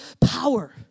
power